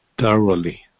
thoroughly